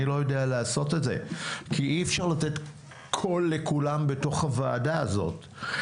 אני לא יודע לעשות את זה כי אי אפשר לתת קול לכולם בתוך הוועדה הזאת,